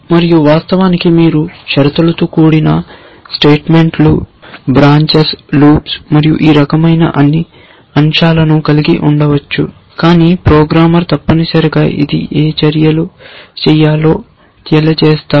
మరియు వాస్తవానికి మీరు షరతులతో కూడిన స్టేట్మెంట్లు బ్రాంచెస్ లూప్స్ మరియు ఈ రకమైన అన్ని అంశాలను కలిగి ఉండవచ్చు కానీ ప్రోగ్రామర్ తప్పనిసరిగా ఇది ఏ చర్యలు చేయాలో తెలియజేస్తారు